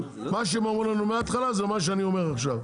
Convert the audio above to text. מה שהם אמרו לנו מהתחלה זה מה שאני אומר עכשיו.